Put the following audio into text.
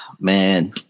man